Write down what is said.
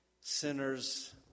sinners